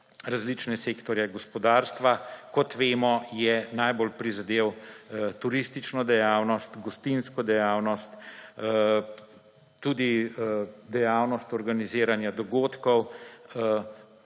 različne sektorje gospodarstva. Kot vemo, je najbolj prizadela turistično dejavnost, gostinsko dejavnost, tudi dejavnost organiziranja dogodkov